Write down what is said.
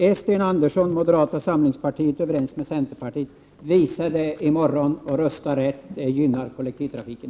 Är Sten Andersson och moderata samlingspartiet överens med centerpartiet, så visa det i morgon och rösta rätt — det gynnar kollektivtrafiken!